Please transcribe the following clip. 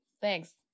Thanks